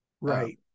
Right